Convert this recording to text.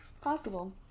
possible